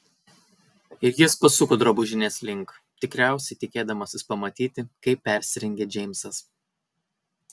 ir jis pasuko drabužinės link tikriausiai tikėdamasis pamatyti kaip persirengia džeimsas